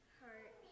heart